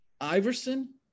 Iverson